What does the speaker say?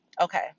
okay